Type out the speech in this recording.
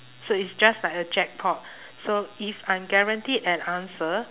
so it's just like a jackpot so if I'm guaranteed an answer